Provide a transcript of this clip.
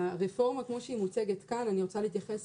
הרפורמה כמו שהיא מוצגת כאן אני רוצה להתייחס